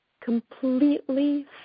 Completely